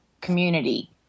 Community